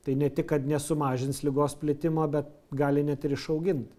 tai ne tik kad nesumažins ligos plitimo bet gali net ir išaugint